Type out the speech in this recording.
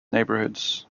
neighborhoods